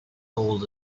told